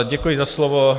Děkuji za slovo.